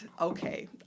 okay